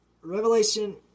Revelation